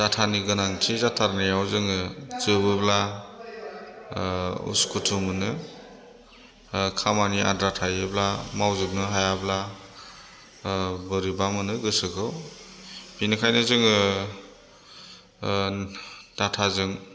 डाटानि गोनांथि जाथारनायाव जोङो जोबोब्ला उसु खुथु मोनो खामानि आद्रा थायोब्ला मावजोबनो हायाब्ला बोरैबा मोनो गोसोखौ बेनिखायनो जोङो डाटाजों